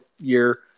year